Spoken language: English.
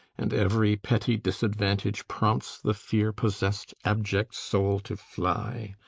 and every petty disadvantage prompts the fear possessed abject soul to fly.